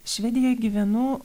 švedijoj gyvenu